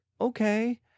okay